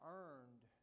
earned